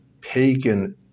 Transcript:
pagan